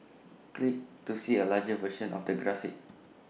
click to see A larger version of the graphic